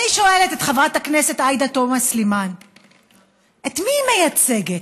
אני שואלת את חברת הכנסת עאידה תומא סלימאן את מי היא מייצגת: